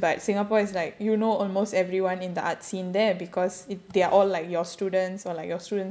but singapore is like you know almost everyone in the art scene there because if they're all like your students or like your student's students